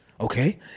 okay